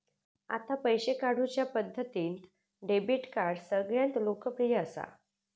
आता पैशे काढुच्या पद्धतींत डेबीट कार्ड सगळ्यांत लोकप्रिय असा